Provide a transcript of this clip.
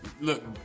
look